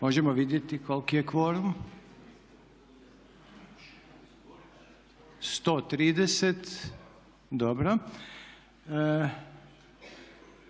Možemo vidjeti koliki je kvorum? 130 dobro.